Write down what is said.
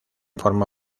forma